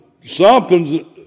Something's